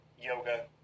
Yoga